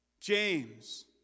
James